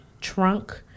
trunk